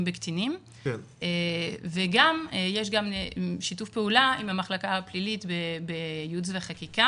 בקטינים ויש גם שיתוף פעולה עם המחלקה הפלילית בייעוץ וחקיקה